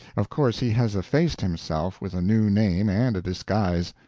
of course he has effaced himself with a new name and a disguise.